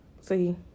See